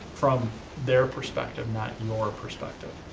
from their perspective, not your perspective.